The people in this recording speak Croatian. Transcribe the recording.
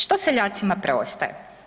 Što seljacima preostaje?